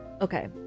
Okay